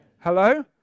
Hello